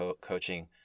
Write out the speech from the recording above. coaching